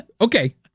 okay